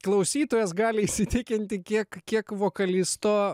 klausytojas gali įsitikinti kiek kiek vokalisto